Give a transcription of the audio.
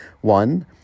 One